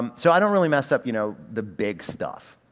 um so i don't really mess up you know the big stuff,